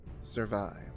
survive